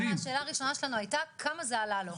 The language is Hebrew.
שאלה ראשונה שלנו הייתה, כמה זה עלה לו.